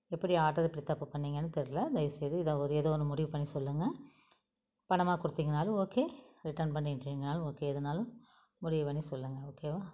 எப்படி ஆர்டரு இப்படி தப்பு பண்ணிங்கனும் தெரில தயவுசெய்து ஏதோ ஒரு ஏதோ ஒன்னு முடிவு பண்ணி சொல்லுங்கள் பணமாக கொடுத்தீங்கனாலும் ஓகே ரிட்டன் பண்ணிக்கிறிங்கனாலும் ஓகே எதுனாலும் முடிவு பண்ணி சொல்லுங்கள் ஓகேவா